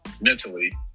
mentally